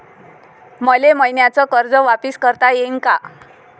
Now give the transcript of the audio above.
मले मईन्याचं कर्ज वापिस करता येईन का?